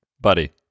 buddy